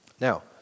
Now